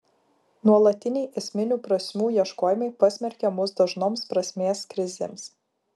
nuolatiniai esminių prasmių ieškojimai pasmerkia mus dažnoms prasmės krizėms